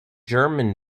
german